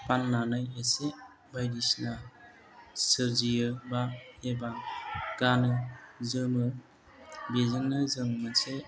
फाननानै एसे बायदिसिना सोरजियो एबा गानो जोमो बेजोंनो जों मोनसे